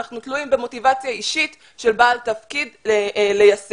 אנחנו תלויים במוטיבציה אישית של בעל תפקיד ליישם.